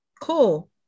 Cool